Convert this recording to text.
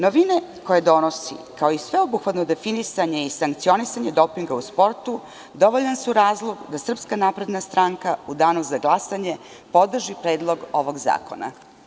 Novine koje donosi, kao i sveobuhvatno definisanje i sankcionisanje dopinga u sportu, dovoljan su razlog da SNS u danu za glasanje podrži predlog ovog zakona.